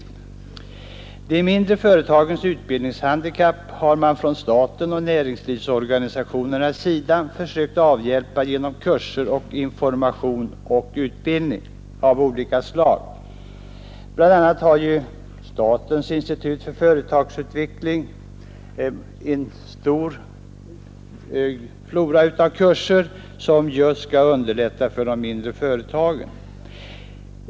Främjande av företagsutveckling De mindre företagens utbildningshandikapp har man från statens och näringslivsorganisationernas sida försökt avhjälpa genom kurser, information och utbildning av olika slag; bl.a. har statens institut för företagsutveckling ett stort utbud av kurser som kan utnyttjas av de mindre företagen.